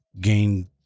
gain